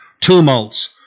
tumults